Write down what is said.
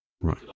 right